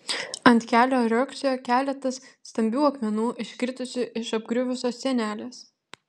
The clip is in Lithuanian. ant kelio riogsojo keletas stambių akmenų iškritusių iš apgriuvusios sienelės